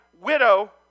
widow